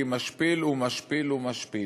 כי משפיל הוא משפיל הוא משפיל.